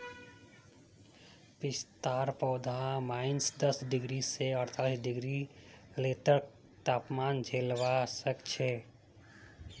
पिस्तार पौधा माइनस दस डिग्री स अड़तालीस डिग्री तकेर तापमान झेलवा सख छ